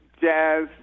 jazz